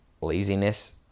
laziness